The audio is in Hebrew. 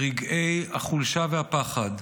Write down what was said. ברגעי החולשה והפחד,